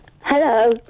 Hello